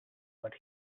but